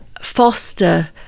foster